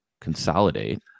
consolidate